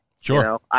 Sure